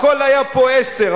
הכול היה פה עשר,